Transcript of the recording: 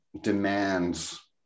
demands